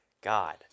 God